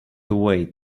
away